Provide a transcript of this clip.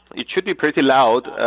it should be pretty loud.